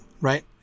right